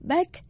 Back